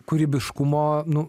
kūrybiškumo nu